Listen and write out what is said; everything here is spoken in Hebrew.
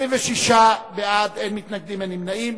26 בעד, אין מתנגדים, אין נמנעים.